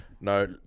no